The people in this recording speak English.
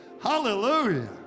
hallelujah